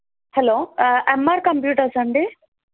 hello MR computers అండి